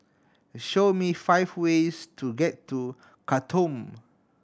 show me five ways to get to Khartoum